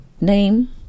name